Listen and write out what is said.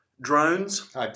drones